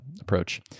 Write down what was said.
approach